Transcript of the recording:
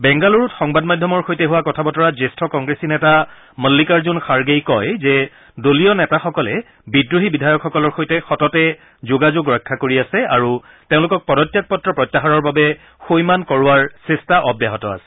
বেংগালুৰুত সংবাদ মাধ্যমৰ সৈতে হোৱা কথা বতৰাত জ্যেষ্ঠ কংগ্ৰেছী নেতা মল্লিকাৰ্জুন খাৰ্গেই কয় যে দলীয় নেতাসকলে বিদ্ৰোহী বিধায়কসকলৰ সৈতে সততে যোগাযোগ ৰক্ষা কৰি আছে আৰু তেওঁলোকক পদত্যাগ পত্ৰ প্ৰত্যাহাৰৰ বাবে সৈমান কৰোৱাৰ চেষ্টা অব্যাহত আছে